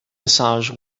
massage